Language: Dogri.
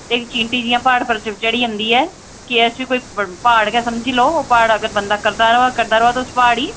ते इक चींटी जि'यां प्हाड़ पर चढ़ी जंदी ऐ के ऐस्स बी कोई प्हाड़ गै समझी लैओ प्हाड़ अगर बंदा करदा र'वै करदा र'वै ते उस प्हाड़ गी